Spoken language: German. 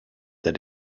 der